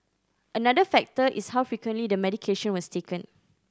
another factor is how frequently the medication was taken